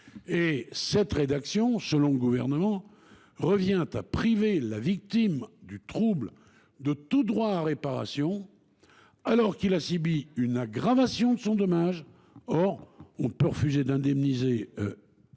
Cette rédaction, selon le Gouvernement, revient à priver la victime du trouble de tout droit à réparation, alors qu’elle a subi une aggravation de son dommage. Or on ne peut refuser d’indemniser